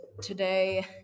today –